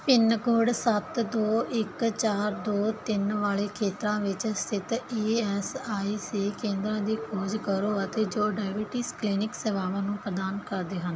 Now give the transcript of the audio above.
pin code ਸੱਤ ਦੋ ਇੱਕ ਚਾਰ ਦੋ ਤਿੰਨ ਵਾਲੇ ਖੇਤਰਾਂ ਵਿੱਚ ਸਥਿਤ ਈ ਐਸ ਆਈ ਸੀ ਕੇਂਦਰਾਂ ਦੀ ਖੋਜ ਕਰੋ ਅਤੇ ਜੋ ਡਾਇਬੀਟੀਜ਼ ਕਲੀਨਿਕ ਸੇਵਾਵਾਂ ਪ੍ਰਦਾਨ ਕਰਦੇ ਹਨ